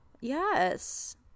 Yes